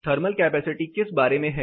thermal capacity किस बारे में है